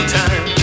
time